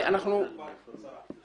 אנחנו מדברים על באר שבע עצמה.